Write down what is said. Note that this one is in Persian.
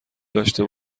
داشته